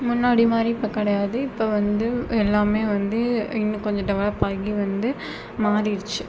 முன்னாடி மாதிரி இப்போ கிடையாது இப்போ வந்து எல்லாமே வந்து இன்னும் கொஞ்சம் டெவலப் ஆகி வந்து மாறிடிச்சு